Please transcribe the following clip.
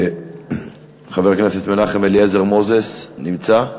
חבר הכנסת מנחם אליעזר מוזס, נמצא?